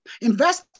Invest